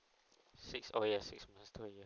six year six month to a year